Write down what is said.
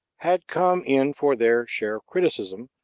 had come in for their share of criticism,